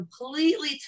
completely